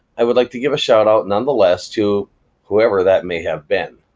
i would like to give a shout-out, none the less, to whoever that may have been.